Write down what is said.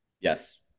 Yes